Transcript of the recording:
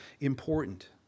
important